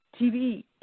TV